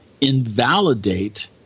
invalidate